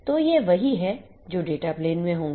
तो ये वही हैं जो डेटा प्लेन में होंगे